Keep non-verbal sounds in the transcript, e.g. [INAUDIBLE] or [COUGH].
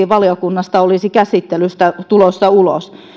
[UNINTELLIGIBLE] valiokunnasta olisi käsittelystä tulossa ulos